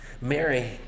Mary